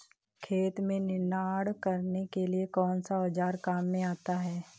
खेत में निनाण करने के लिए कौनसा औज़ार काम में आता है?